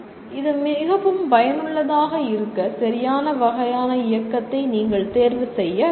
இது மிகவும் பயனுள்ளதாக இருக்க சரியான வகையான இயக்கத்தை நீங்கள் தேர்வு செய்ய வேண்டும்